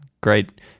Great